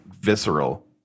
visceral